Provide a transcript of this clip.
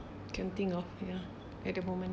can't think of ya at the moment